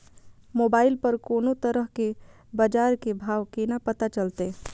Mobile पर कोनो तरह के बाजार के भाव केना पता चलते?